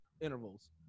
intervals